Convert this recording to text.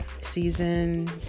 season